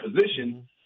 position